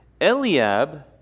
Eliab